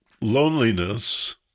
Loneliness